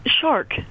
shark